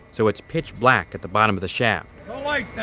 so it's pitch black at the bottom of the shaft like yeah